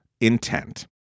intent